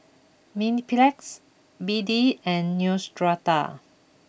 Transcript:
Mepilex B D and Neostrata